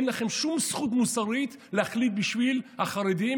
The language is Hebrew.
אין לכם שום זכות מוסרית להחליט בשביל החרדים